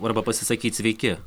arba pasisakyt sveiki